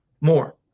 more